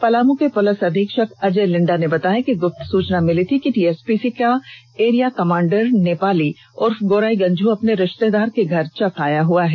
पलामू के पुलिस अधीक्षक अजय लिंडा ने बताया कि गुप्त सूचना मिली थी कि टीएसपीसी के एरिया कमांडर नेपाली उर्फ गोराई गंझू अपने एक रिश्तेदार के घर चक आया हुआ है